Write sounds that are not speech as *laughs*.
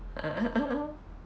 *laughs*